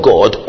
God